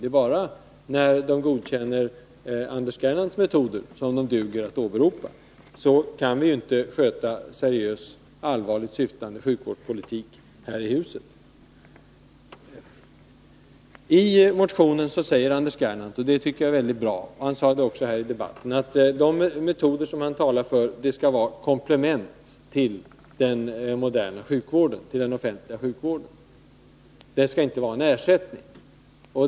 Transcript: Det är bara när den godkänner Anders Gernandts metoder som den duger att åberopa. Så kan vi inte här i huset sköta seriös sjukvårdspolitik. I motionen säger Anders Gernandt något som jag tycker är mycket bra och som han också sade här i debatten, nämligen att de metoder han talar för skall vara komplement till den offentliga moderna sjukvården, inte en ersättning.